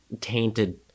tainted